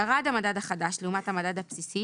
ירד המדד החדש לעומת המדד הבסיסי,